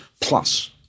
plus